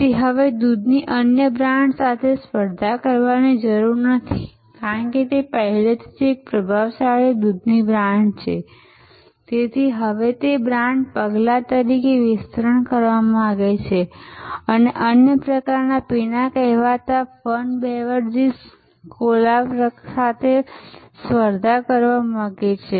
તેથી તેને હવે દૂધની અન્ય બ્રાન્ડ્સ સાથે સ્પર્ધા કરવાની જરૂર નથી કારણ કે તે પહેલેથી જ એક પ્રભાવશાળી દૂધ બ્રાન્ડ છે તે હવે તેની બ્રાન્ડ પગલાં તરીકે વિસ્તરણ કરવા માંગે છે અને અન્ય પ્રકારના પીણાં કહેવાતા ફન બેવરેજીસ કોલા પ્રકાર સાથે સ્પર્ધા કરવા માંગે છે